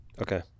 Okay